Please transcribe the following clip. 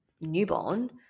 newborn